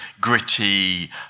gritty